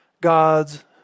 God's